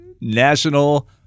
National